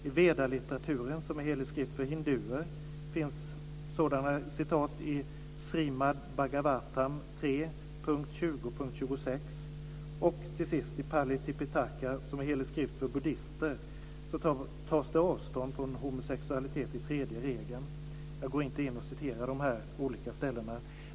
I Vedalitteraturen, som är helig skrift för hinduer, finns sådana citat i Srimad-Bhagavatam 3.20.26. Till sist i Pali Tipitaka, som är helig skrift för buddister, tas avstånd från homosexualitet i tredje regeln. Jag läser inte upp de olika citaten.